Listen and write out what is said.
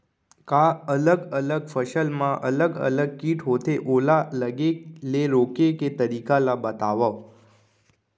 का अलग अलग फसल मा अलग अलग किट होथे, ओला लगे ले रोके के तरीका ला बतावव?